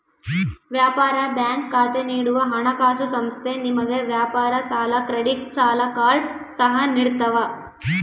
ವ್ಯಾಪಾರ ಬ್ಯಾಂಕ್ ಖಾತೆ ನೀಡುವ ಹಣಕಾಸುಸಂಸ್ಥೆ ನಿಮಗೆ ವ್ಯಾಪಾರ ಸಾಲ ಕ್ರೆಡಿಟ್ ಸಾಲ ಕಾರ್ಡ್ ಸಹ ನಿಡ್ತವ